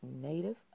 Native